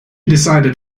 decided